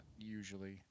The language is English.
usually